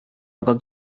aga